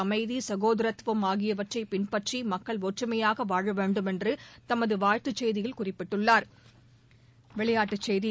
அமைதி சகோதரத்துவம் ஆகியவற்றை பின்பற்றி மக்கள் ஒற்றுமையாக வாழ வேண்டுமென்று தமது வாழ்த்துச் செய்தியில் குறிப்பிட்டுள்ளாா்